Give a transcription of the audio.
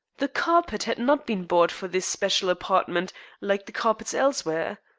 the carpet had not been bought for this special apartment like the carpets elsewhere.